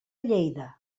lleida